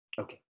Okay